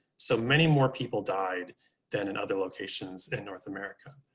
so many more people died than in other locations in north america.